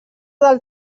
del